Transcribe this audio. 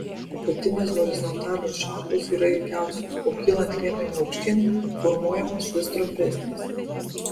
apatinės horizontalios šakos yra ilgiausios o kylant liemeniu aukštyn formuojamos vis trumpesnės